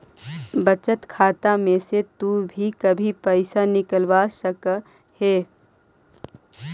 बचत खाता में से तु कभी भी पइसा निकलवा सकऽ हे